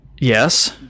Yes